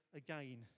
again